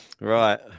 Right